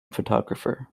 photographer